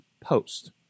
post